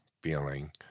feeling